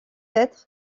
être